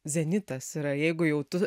zenitas yra jeigu jau tu